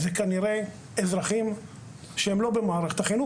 זה כנראה אזרחים שהם לא במערכת החינוך.